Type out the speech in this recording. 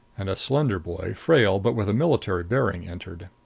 and a slender boy, frail but with a military bearing, entered.